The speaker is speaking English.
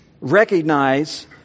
Recognize